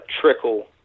trickle